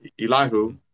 Elihu